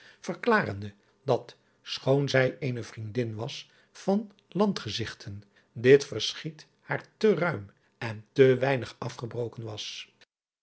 verklarende dat schoon zij eene vriendin was van landgezigten dit verschiet haar te ruim en te weinig afgebroken was